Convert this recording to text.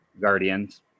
guardians